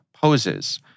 poses